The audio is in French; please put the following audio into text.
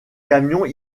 camions